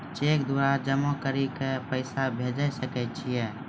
Cheque द्वारा जमा करि के पैसा भेजै सकय छियै?